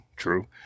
True